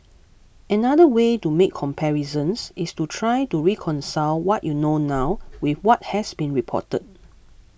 another way to make comparisons is to try to reconcile what you know now with what has been reported